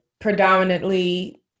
predominantly